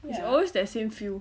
it's always that same few